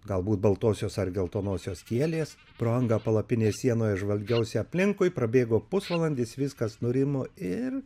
galbūt baltosios ar geltonosios kielės pro angą palapinės sienoje žvalgiausi aplinkui prabėgo pusvalandis viskas nurimo ir